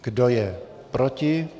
Kdo je proti?